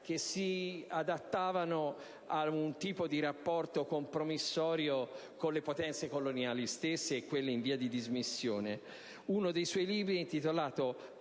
che si adattavano ad un tipo di rapporto compromissorio con le potenze coloniali stesse e quelle in via di dismissione. Uno dei suoi libri è intitolato: